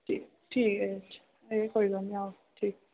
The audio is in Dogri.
ठीक ऐ अच्छ एह् कोई गल्ल नी आहो ठीक ऐ